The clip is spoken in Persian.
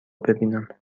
ببینم